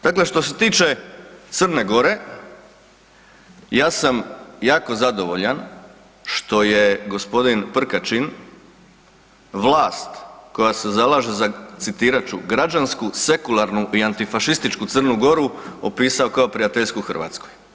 Dakle, što se tiče Crne Gore ja sam jako zadovoljan što je gospodin Prkačin vlast koja se zalaže za citirat ću, građansku sekularnu i antifašističku Crnu Goru opisao kao prijateljsku Hrvatskoj.